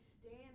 stand